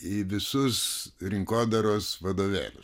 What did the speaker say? į visus rinkodaros vadovėlius